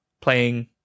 playing